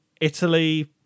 italy